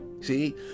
See